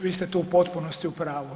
Vi ste tu u potpunosti u pravu.